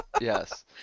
yes